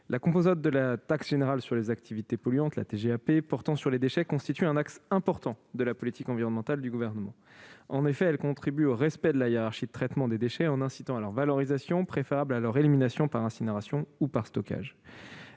le sénateur Jean-Jacques Michau, la composante de la TGAP portant sur les déchets constitue un axe important de la politique environnementale du Gouvernement. En effet, elle contribue au respect de la hiérarchie de traitement des déchets en incitant à leur valorisation, préférable à leur élimination par incinération ou par stockage.